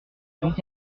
donc